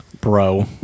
Bro